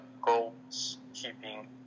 goalkeeping